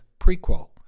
Prequel